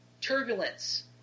Turbulence